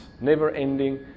Never-ending